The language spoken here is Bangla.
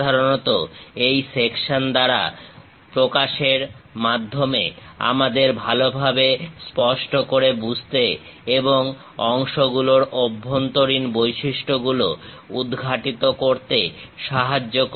সাধারণত এই সেকশন দ্বারা প্রকাশের মাধ্যমে আমাদের ভালোভাবে স্পষ্ট করে বুঝতে এবং অংশগুলোর অভ্যন্তরীণ বৈশিষ্ট্যগুলো উদঘাটিত করতে সাহায্য করে